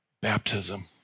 baptism